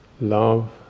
love